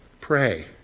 Pray